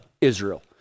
Israel